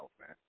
man